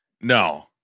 No